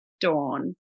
dawn